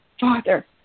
Father